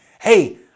Hey